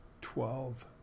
twelve